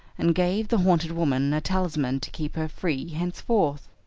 and gave the haunted woman a talisman to keep her free henceforth.